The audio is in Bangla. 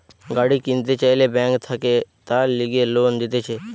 গাড়ি কিনতে চাইলে বেঙ্ক থাকে তার লিগে লোন দিতেছে